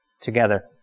together